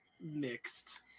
mixed